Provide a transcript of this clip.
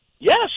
Yes